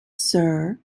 sir